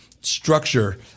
structure